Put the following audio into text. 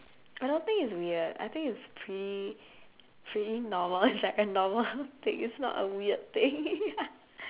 I don't think it's weird I think it's pretty pretty normal it's like a normal thing it's not a weird thing